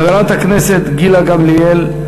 חברת הכנסת גילה גמליאל.